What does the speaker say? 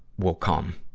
will come.